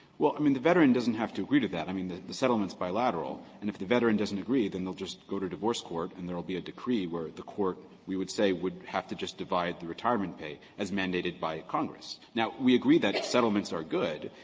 well, i mean, the veteran doesn't have to agree to that. i mean, the settlement is bilateral. and if the veteran doesn't agree, then they'll just go to divorce court and there'll be a decree where the court, we would say, would have to just divide the retirement pay as mandated by congress. now, we agree that settlements are good.